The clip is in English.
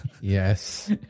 Yes